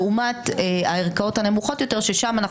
לעומת הערכאות הנמוכות יותר ששם באמת